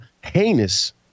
heinous